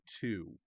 two